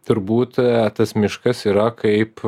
turbūt tas miškas yra kaip